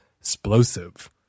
explosive